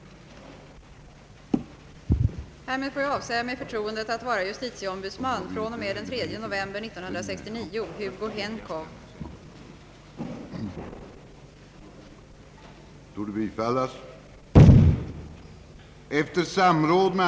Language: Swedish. Härmed får jag avsäga mig förtroendet att vara justitieombudsman från och med den 3 november 1969.